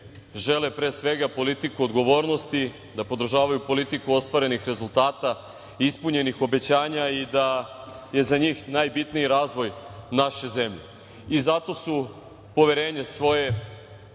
žele, pre svega, politiku odgovornosti, da podržavaju politiku ostvarenih rezultata i ispunjenih obećanja i da je za njih najbitniji razvoj naše zemlje. Zato su poverenje svoje